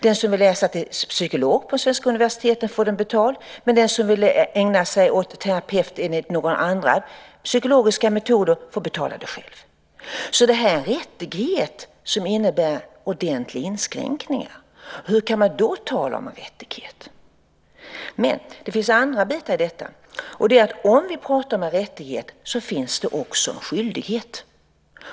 Den som vill läsa till psykolog på ett svenskt universitet får utbildningen betald, men den som vill ägna sig åt att bli terapeut enligt några andra psykologiska metoder får betala den själv. Detta är alltså en rättighet som innebär ordentliga inskränkningar. Hur kan man då tala om en rättighet? Men det finns andra bitar i detta. Om vi talar om en rättighet finns det också en skyldighet.